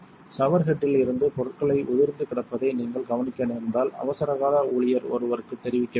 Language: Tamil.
ஷவர் ஹெட்டில் இருந்து பொருட்கள் உதிர்ந்து கிடப்பதை நீங்கள் கவனிக்க நேர்ந்தால் அவசரகால ஊழியர் ஒருவருக்குத் தெரிவிக்க வேண்டும்